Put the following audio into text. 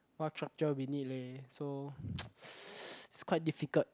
what structure we need leh so it's quite difficult